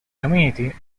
community